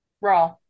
Raw